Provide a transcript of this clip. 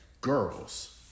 girls